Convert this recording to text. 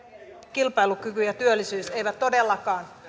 kilpailukyky ja työllisyys eivät todellakaan